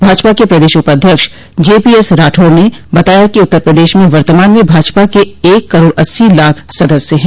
भाजपा के प्रदेश उपाध्यक्ष जेपीएस राठौर ने बताया कि उत्तर प्रदेश में वर्तमान में भाजपा के एक करोड़ अस्सी लाख सदस्य हैं